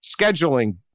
scheduling